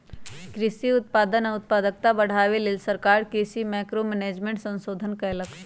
कृषि उत्पादन आ उत्पादकता बढ़ाबे लेल सरकार कृषि मैंक्रो मैनेजमेंट संशोधन कएलक